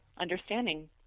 understanding